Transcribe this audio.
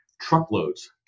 truckloads